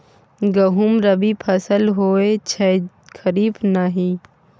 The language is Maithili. गहुम रबी फसल होए छै खरीफ नहि